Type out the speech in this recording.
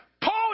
Paul